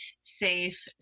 safe